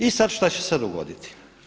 I sada šta će se dogoditi?